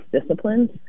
disciplines